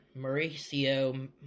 Mauricio